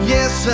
Yes